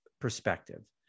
perspective